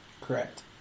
Correct